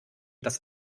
das